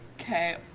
Okay